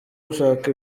gushaka